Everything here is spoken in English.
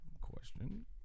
question